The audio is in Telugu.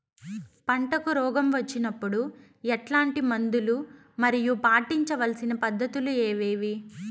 పంటకు రోగం వచ్చినప్పుడు ఎట్లాంటి మందులు మరియు పాటించాల్సిన పద్ధతులు ఏవి?